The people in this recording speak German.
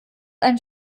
ein